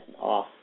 off